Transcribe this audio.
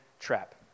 trap